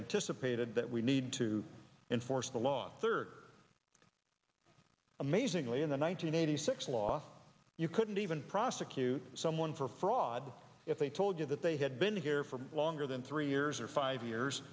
anticipated that we need to enforce the law third amazingly in the one nine hundred eighty six law you couldn't even prosecute someone for fraud if they told you that they had been here for longer than three years or five